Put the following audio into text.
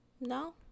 no